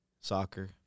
Soccer